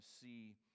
see